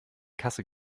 kasse